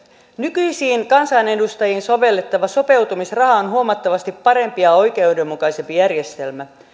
nykyisiin kansanedustajiin sovellettava sopeutumisraha on huomattavasti parempi ja oikeudenmukaisempi järjestelmä